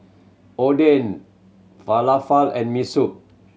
Oden Falafel and Miso Soup